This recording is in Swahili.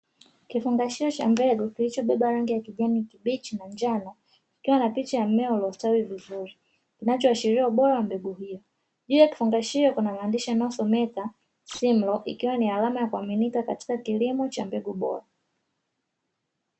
Kifungashio cha mbegu kilichobeba rangi ya kijani kibichi na njano, ikiwa na picha ya mmea uliostawi vizuri, kinachoashiria ubora wa mbegu hiyo. Juu ya kifungashio kuna maandishi yanayosomeka "Simlo", ikiwa ni alama ya kuaminika katika kilimo cha mbegu bora.